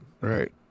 right